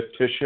Tisha